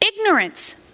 Ignorance